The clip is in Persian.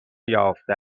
یافته